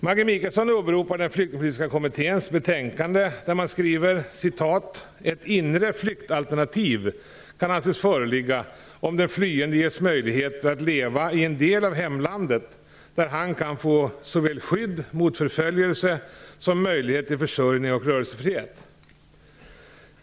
Maggi Mikaelsson åberopar den flyktingpolitiska kommitténs betänkande där man skriver: "Ett inre flyktalternativ kan anses föreligga om den flyende ges möjligheter att leva i en del av hemlandet där han kan få såväl skydd mot förföljelse som möjlighet till försörjnig och rörelsefrihet."